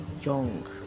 young